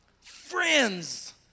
friends